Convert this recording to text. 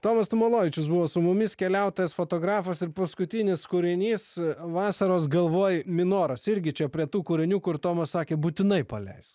tomas tumolovičius buvo su mumis keliautojas fotografas ir paskutinis kūrinys vasaros galvoje minoras irgi čia prie tų kūrinių kur tomas sakė būtinai paleis